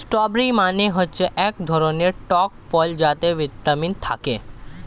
strawberry মানে হচ্ছে এক ধরনের টক ফল যাতে ভিটামিন থাকে